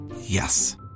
Yes